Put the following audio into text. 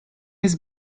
his